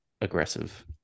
aggressive